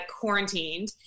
quarantined